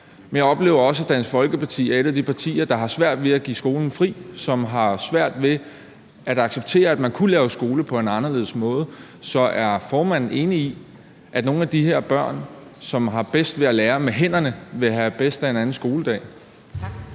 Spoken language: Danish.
Men jeg oplever også, at Dansk Folkeparti er et af de partier, som har svært ved at give skolen fri, som har svært ved at acceptere, at man kunne lave skole på en anderledes måde, så er formanden enig i, at nogle af de her børn, som har nemmest ved at lære med hænderne, vil have bedst af få en anden skoledag?